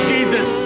Jesus